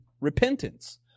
repentance